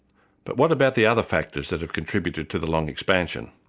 but what about the other factors that have contributed to the long expansion,